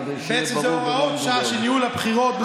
כדי שיהיה ברור במה מדובר.